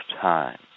time